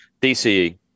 DCE